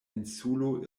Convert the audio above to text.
insulo